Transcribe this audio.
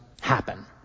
happen